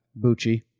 Bucci